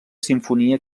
simfonia